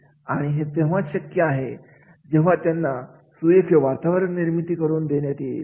आणि हे तेव्हाच शक्य आहे हे जेव्हा त्यांना सुयोग्य वातावरण निर्मिती करून देण्यात येईल